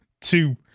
two